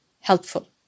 helpful